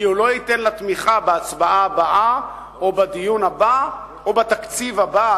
כי הוא לא ייתן לה תמיכה בהצבעה הבאה או בדיון הבא או בתקציב הבא,